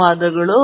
ಧನ್ಯವಾದ